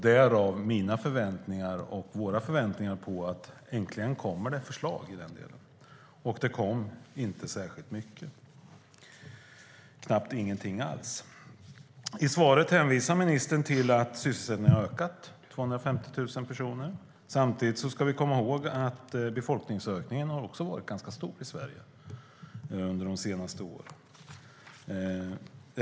Därav mina och våra förväntningar på att det äntligen skulle komma förslag i den delen, men det kom inte särskilt många, knappt några alls. I svaret säger ministern att sysselsättningen har ökat med 250 000 personer. Samtidigt ska vi komma ihåg att befolkningsökningen har varit ganska stor i Sverige under de senaste åren.